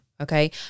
okay